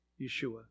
Yeshua